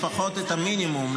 לפחות את המינימום,